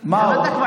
מה עוד?